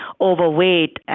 overweight